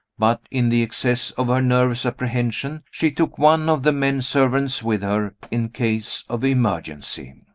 but, in the excess of her nervous apprehension, she took one of the men-servants with her, in case of emergency!